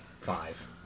five